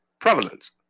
prevalence